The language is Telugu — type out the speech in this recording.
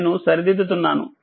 నేను సరిదిద్దుతున్నాను